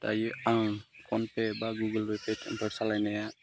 दायो आं फ'नपे बा गुगोलपेफोर सालायनाया